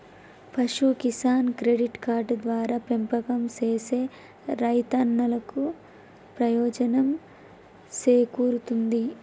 పశు Kisan credit card ద్వారా పెంపకం సేసే రైతన్నలకు ప్రయోజనం సేకూరుతుంది